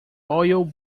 oil